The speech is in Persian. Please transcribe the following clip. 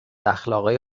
اخلاقای